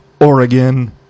Oregon